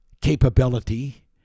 capability